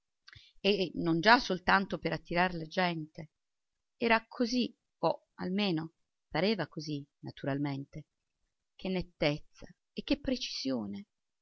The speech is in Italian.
e non già soltanto per attirar la gente era così o almeno pareva così naturalmente che nettezza e che precisione